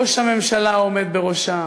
ראש הממשלה העומד בראשה,